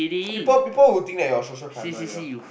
people people who think that you're a social climber you know